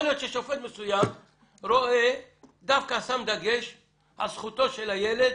יכול להיות ששופט מסוים דווקא שם דגש על זכותו של הילד